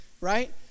right